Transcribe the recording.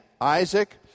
Isaac